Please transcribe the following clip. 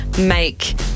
make